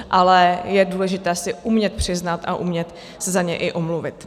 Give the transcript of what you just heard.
Ale je důležité si je umět přiznat a umět se za ně i omluvit.